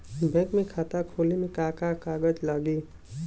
Bank में खाता खोले मे का का कागज लागी?